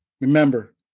remember